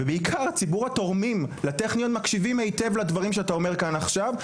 ובעיקר ציבור התורמים לטכניון מקשיבים היטב לדברים שאתה אומר כאן עכשיו.